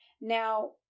Now